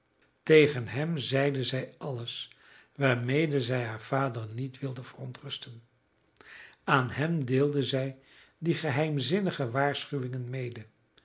tegen hem zeide zij alles waarmede zij haar vader niet wilde verontrusten aan hem deelde zij die geheimzinnige waarschuwingen mede